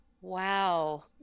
Wow